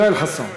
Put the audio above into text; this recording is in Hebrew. יואל חסון.